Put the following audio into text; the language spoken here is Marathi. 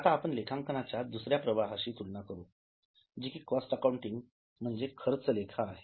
आता आपण लेखांकनाच्या दुसर्या प्रवाहाशी तुलना करू जे कि कॉस्टअकाउंटिंग म्हणजेच खर्च लेखा आहे